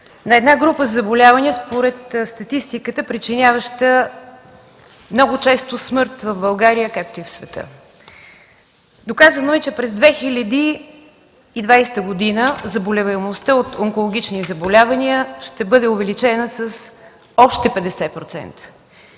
на група заболявания, според статистиката причиняваща много често смърт в България, както и по света. Доказано е, че през 2020 г. заболеваемостта от онкологични заболявания ще бъде увеличена с още 50%.